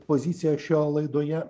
poziciją šioje laidoje